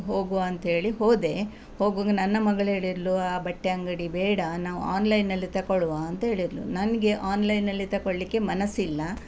ಹೋಗುವಾ ಅಂತೇಳಿ ಹೋದೆ ಹೋಗುವಾಗ ನನ್ನ ಮಗಳೇಳಿದಳು ಆ ಬಟ್ಟೆ ಅಂಗಡಿ ಬೇಡ ನಾವು ಆನ್ಲೈನಲ್ಲಿ ತಗೊಳ್ಳುವ ಅಂತೇಳಿದಳು ನನಗೆ ಆನ್ಲೈನಲ್ಲಿ ತಗೊಳ್ಲಿಕ್ಕೆ ಮನಸ್ಸಿಲ್ಲ